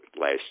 last